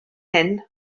hyn